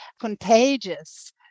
contagious